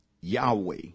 Yahweh